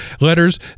letters